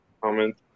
Comment